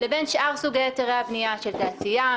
לבין שאר סוגי היתרי הבניה של תעשייה,